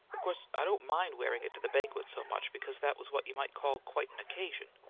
of course i didn't mind wearing it to the banquet so much, because that was what you might call quite an occasion.